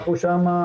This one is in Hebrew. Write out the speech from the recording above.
אנחנו שם,